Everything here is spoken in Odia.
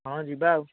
ହଁ ଯିବା ଆଉ